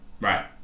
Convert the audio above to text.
Right